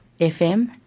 FM